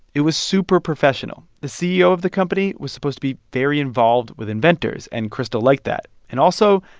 it was super professional. the ceo of the company was supposed to be very involved with inventors. and crystal liked that. and also,